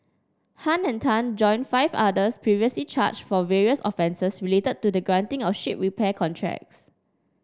Han and Tan join five others previously charged for various offences related to the granting of ship repair contracts